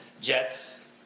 jets